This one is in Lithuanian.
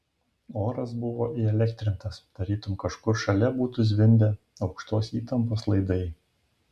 oras buvo įelektrintas tarytum kažkur šalia būtų zvimbę aukštos įtampos laidai